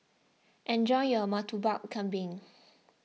enjoy your Murtabak Kambing